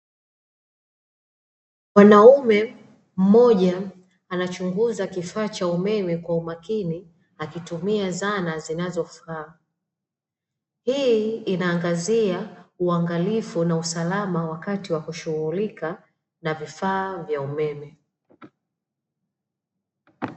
Mwanaume mmoja anachunguza kifaa cha umeme kwa umakini akitumia dhana zinazofaa, hii inaangazia uangalifu na usalama wakati wa kushughulika na vifaa vya umeme.